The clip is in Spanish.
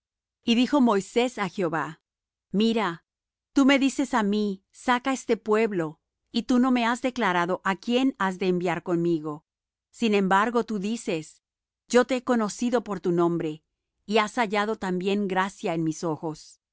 y dijo moisés á jehová mira tú me dices á mí saca este pueblo y tú no me has declarado á quién has de enviar conmigo sin embargo tú dices yo te he conocido por tu nombre y has hallado también gracia en mis ojos